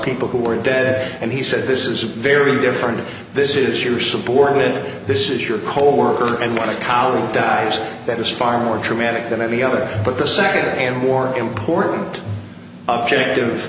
people who are dead and he said this is very different this is your supported this is your coworker and want to calm down eyes that is far more traumatic than any other but the second and more important objective